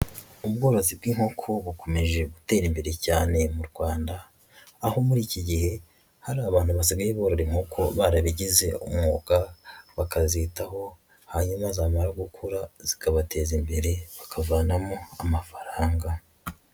Ubworozi bw'inkoko bukomeje gutera imbere cyane mu Rwanda, aho muri iki gihe hari abantu basigaye borora inkuko barabigize umwuga, bakazitaho hanyuma zamara gukura zikabateza imbere bakavanamo amafaranga.